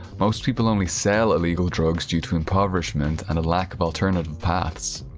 most people only sell illegal drugs due to impoverishment and a lack of alternative paths.